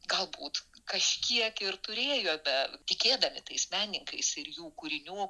galbūt kažkiek ir turėjome tikėdami tais menininkais ir jų kūrinių